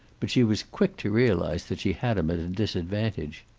but she was quick to realize that she had him at a disadvantage.